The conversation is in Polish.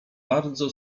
bardzo